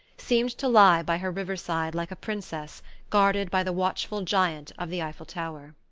seemed to lie by her river-side like a princess guarded by the watchful giant of the eiffel tower.